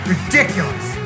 Ridiculous